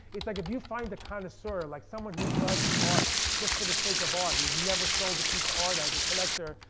it's like if you find a connoisseur, like someone who loves art just for the sake of art, who's never sold a piece of art as a collector,